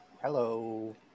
Hello